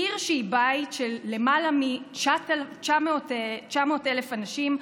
עיר שהיא בית של למעלה מ-900,000 אנשים,